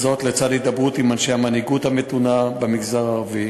זאת לצד הידברות עם אנשי המנהיגות המתונה במגזר הערבי.